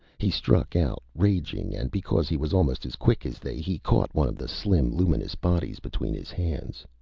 he struck out, raging, and because he was almost as quick as they, he caught one of the slim luminous bodies between his hands.